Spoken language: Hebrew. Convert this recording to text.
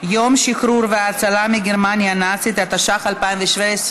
יום השחרור וההצלה מגרמניה הנאצית, התשע"ח 2017,